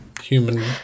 Human